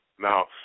Now